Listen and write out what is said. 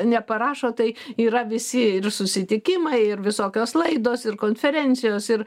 neparašo tai yra visi ir susitikimai ir visokios laidos ir konferencijos ir